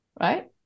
Right